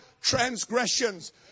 transgressions